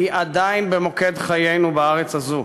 היא עדיין במוקד חיינו בארץ הזו.